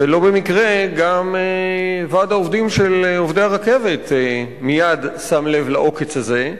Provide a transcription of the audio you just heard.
ולא במקרה גם ועד העובדים של עובדי הרכבת מייד שם לב לעוקץ הזה.